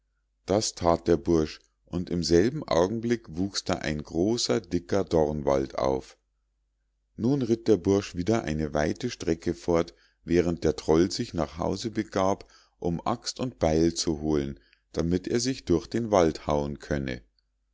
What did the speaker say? das that der bursch und im selben augenblick wuchs da ein großer dicker dornwald auf nun ritt der bursch wieder eine weite strecke fort während der troll sich nach hause begab um axt und beil zu holen damit er sich durch den wald hauen könne